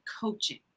coaching